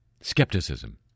skepticism